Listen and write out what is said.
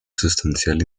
sustancial